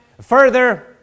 further